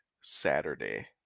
saturday